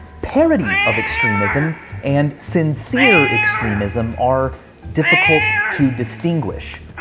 parody of extremism and sincere extremism are difficult to distinguish.